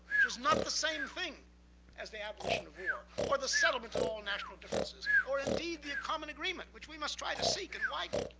not the same thing as the abolition of war, or the settlement of all national differences, or indeed, the common agreement, which we must try to seek and widen.